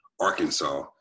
Arkansas